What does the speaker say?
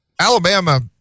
Alabama